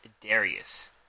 Darius